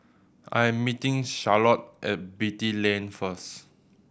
I am meeting Charlotte at Beatty Lane first